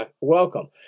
welcome